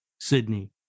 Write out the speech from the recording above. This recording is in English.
sydney